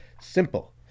Simple